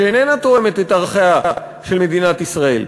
שאיננה תואמת את ערכיה של מדינת ישראל.